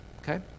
okay